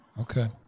okay